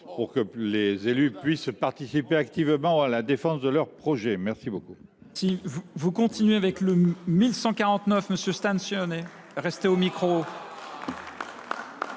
pour que les élus puissent participer activement à la défense de leurs projets. Bravo